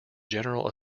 general